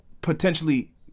potentially